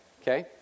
Okay